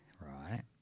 Right